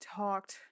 talked